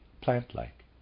plant-like